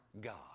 God